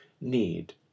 need